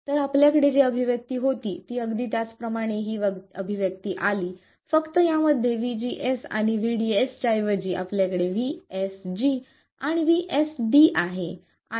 तर आपल्याकडे जी अभिव्यक्ती होती ती अगदी त्याच प्रमाणे ही अभिव्यक्ती आली फक्त यामध्ये vGS आणि vDS च्या ऐवजी आपल्याकडे vSG आणि vSDआहे